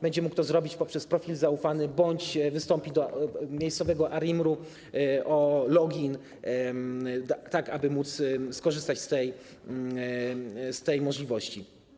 Będzie mógł to zrobić poprzez profil zaufany bądź wystąpić do miejscowego ARiMR-u o login, tak aby skorzystać z tej możliwości.